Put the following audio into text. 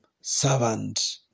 servant